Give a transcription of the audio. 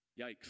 Yikes